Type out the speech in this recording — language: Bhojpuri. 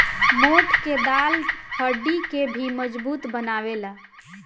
मोठ के दाल हड्डी के भी मजबूत बनावेला